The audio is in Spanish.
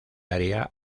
área